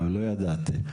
לא ידעתי.